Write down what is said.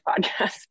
podcast